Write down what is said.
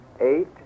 eight